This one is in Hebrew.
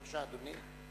בבקשה, אדוני.